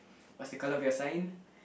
what's the color of your sign